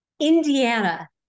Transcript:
Indiana